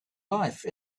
life